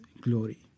glory